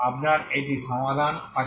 আপনার একটি সমাধান আছে